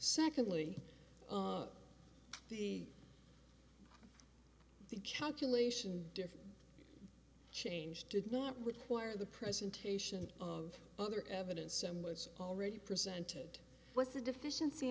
secondly the the calculation different change did not require the presentation of other evidence some was already presented with a deficiency